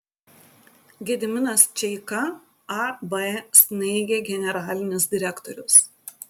gediminas čeika ab snaigė generalinis direktorius